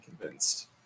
convinced